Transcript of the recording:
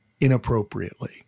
inappropriately